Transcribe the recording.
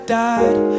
died